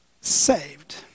saved